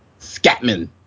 Scatman